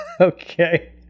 Okay